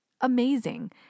Amazing